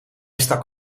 stak